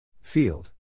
Field